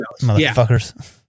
motherfuckers